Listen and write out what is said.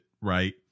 right